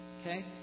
okay